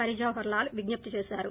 హరిజవహర్ లాల్ విజ్ఞప్తి చేశారు